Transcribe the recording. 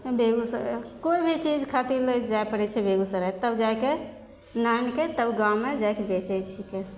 बेगूसराय कोइ भी चीज खातिर लैके जा पड़ै छै बेगूसराय तब जाके नानिके तब गाममे जाइ छै बेचै छिकै